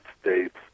States